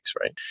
Right